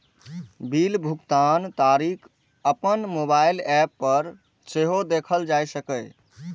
bill भुगतानक तारीख अपन मोबाइल एप पर सेहो देखल जा सकैए